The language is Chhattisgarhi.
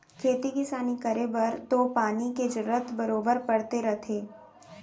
खेती किसान करे बर तो पानी के जरूरत बरोबर परते रथे